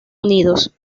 unidos